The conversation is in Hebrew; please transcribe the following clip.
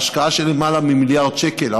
בהשקעה של למעלה ממיליארד שקל,